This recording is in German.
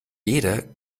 jeder